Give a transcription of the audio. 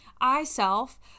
I-self